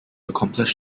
accomplish